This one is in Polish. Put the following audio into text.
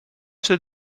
czy